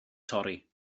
torri